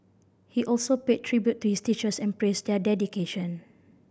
he also paid tribute to his teachers and praised their dedication